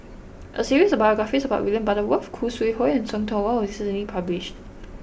a series of biographies about William Butterworth Khoo Sui Hoe and See Tiong Wah was recently published